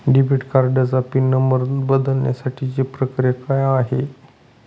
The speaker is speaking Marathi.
डेबिट कार्डचा पिन नंबर बदलण्यासाठीची प्रक्रिया काय आहे?